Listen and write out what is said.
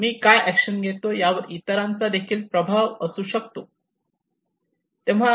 मी काय ऍक्शन घेतो यावर इतरांचा देखील प्रभाव असू शकतो